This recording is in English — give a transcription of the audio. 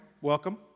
Welcome